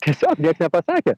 tiesiog nieks nepasakė